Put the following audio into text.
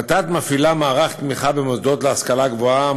ות"ת מפעילה מערך תמיכה במוסדות להשכלה גבוהה,